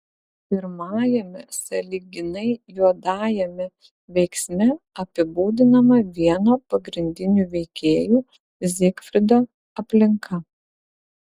pirmajame sąlyginai juodajame veiksme apibūdinama vieno pagrindinių veikėjų zygfrido aplinka